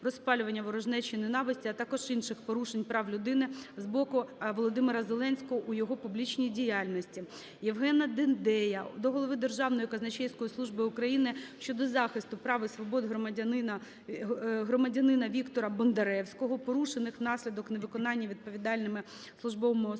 розпалювання ворожнечі і ненависті, а також іншим порушенням прав людини, з боку Володимира Зеленського у його публічній діяльності. Євгена Дейдея до голови Державної казначейської служби України щодо захисту прав і свобод громадянина Віктора Бондаревського, порушених внаслідок невиконання відповідальними службовими особами